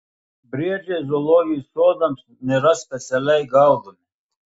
briedžiai zoologijos sodams nėra specialiai gaudomi